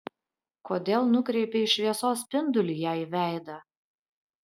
kodėl nukreipei šviesos spindulį jai į veidą